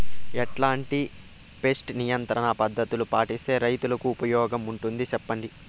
ఎట్లాంటి పెస్ట్ నియంత్రణ పద్ధతులు పాటిస్తే, రైతుకు ఉపయోగంగా ఉంటుంది సెప్పండి?